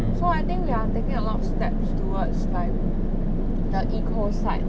so I think we are taking a lot of steps towards like the E_C_O side